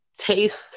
taste